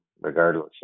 regardless